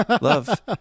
love